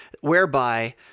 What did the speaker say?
whereby